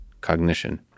cognition